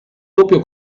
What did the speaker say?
doppio